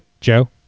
Joe